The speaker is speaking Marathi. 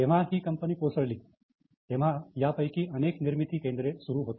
जेव्हा ही कंपनी कोसळली तेव्हा यापैकी अनेक निर्मिती केंद्र सुरू होती